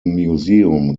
museum